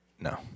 No